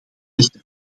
echter